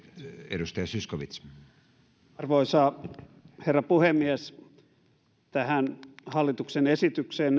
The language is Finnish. arvoisa arvoisa herra puhemies tähän hallituksen esitykseen